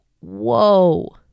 whoa